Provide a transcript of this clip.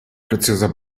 preziosa